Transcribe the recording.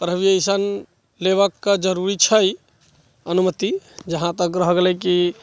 permission लेबक कऽ जरूरी छै अनुमति जहाँ तक रह गेलै कि